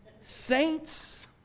saints